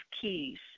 keys